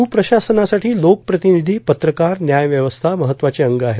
सुप्रशासनासाठी लोकप्रतिनिधी पत्रकार व्यायव्यवस्था महत्वाचे अंग आहेत